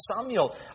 Samuel